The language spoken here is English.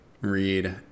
read